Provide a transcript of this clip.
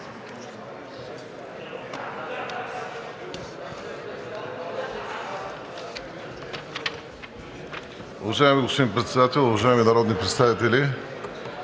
Уважаеми господин Председател, уважаеми народни представители!